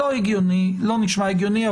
לא הגיוני, לא נשמע הגיוני,.